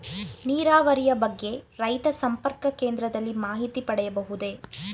ನೀರಾವರಿಯ ಬಗ್ಗೆ ರೈತ ಸಂಪರ್ಕ ಕೇಂದ್ರದಲ್ಲಿ ಮಾಹಿತಿ ಪಡೆಯಬಹುದೇ?